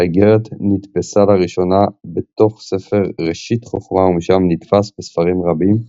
האגרת נדפסה לראשונה בתוך ספר ראשית חכמה ומשם נדפס בספרים רבים,